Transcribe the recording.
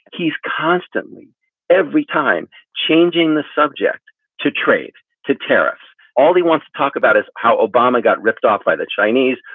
he's constantly every time changing the subject to trade to terrorists. all he wants to talk about is how obama got ripped off by the chinese.